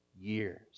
years